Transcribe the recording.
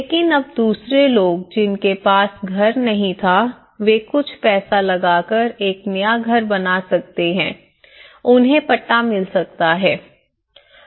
लेकिन अब दूसरे लोग जिनके पास घर नहीं था वे कुछ पैसा लगाकर एक नया घर बना सकते हैं उन्हें पट्टा मिल आता है